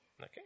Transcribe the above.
Okay